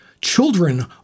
children